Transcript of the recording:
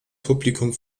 publikum